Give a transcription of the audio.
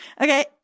Okay